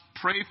Pray